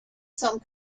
some